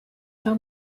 seu